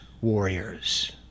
warriors